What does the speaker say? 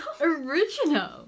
Original